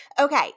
Okay